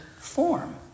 form